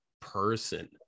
person